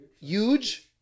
Huge